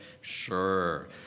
sure